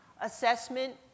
assessment